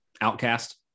outcast